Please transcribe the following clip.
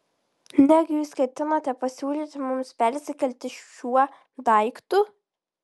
negi jūs ketinate pasiūlyti mums persikelti šiuo daiktu